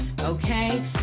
Okay